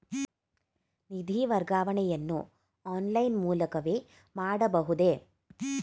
ನಿಧಿ ವರ್ಗಾವಣೆಯನ್ನು ಆನ್ಲೈನ್ ಮೂಲಕವೇ ಮಾಡಬಹುದೇ?